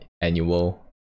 annual